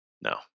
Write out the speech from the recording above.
No